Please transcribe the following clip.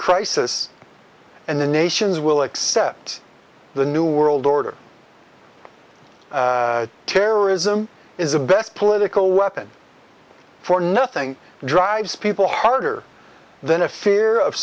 crisis and the nations will accept the new world order terrorism is a best political weapon for nothing drives people harder than a fear of